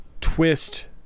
twist